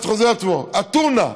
אחד חוזר על עצמו: הטונה,